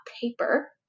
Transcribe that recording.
paper